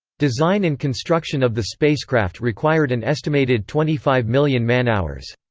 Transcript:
design and construction of the spacecraft required an estimated twenty five million man-hours.